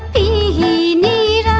e